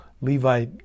Levi